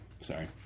Sorry